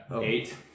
Eight